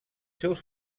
seus